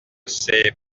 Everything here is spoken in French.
ces